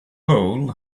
hole